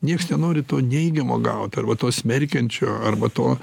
nieks nenori to neigiamo gaut arba to smerkiančio arba to